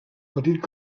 petit